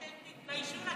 אתם, תתביישו לכם.